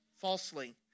falsely